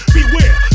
Beware